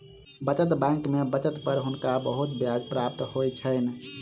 बचत बैंक में बचत पर हुनका बहुत ब्याज प्राप्त होइ छैन